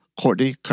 Courtney